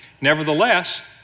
Nevertheless